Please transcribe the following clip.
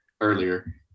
earlier